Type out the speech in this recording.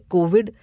Covid